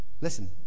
Listen